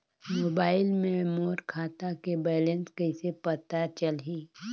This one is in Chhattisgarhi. मोबाइल मे मोर खाता के बैलेंस कइसे पता चलही?